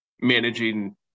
managing